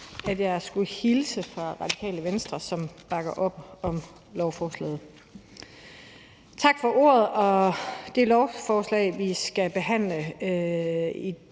også huske at hilse fra Radikale Venstre og sige, at de bakker op om lovforslaget. Tak for ordet. Det lovforslag, vi skal behandle i dag,